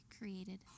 created